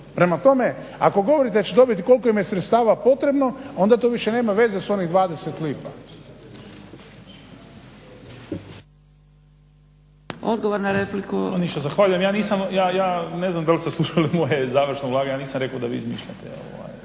Prema tome, ako govorite da će dobiti koliko im je sredstava potrebno onda to više nema veze s onih 20 lipa.